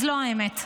אז לא, האמת.